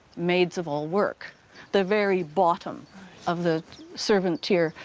maids-of-all-work, the very bottom of the servant tier,